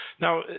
Now